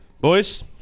boys